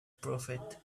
prophet